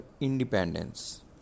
independence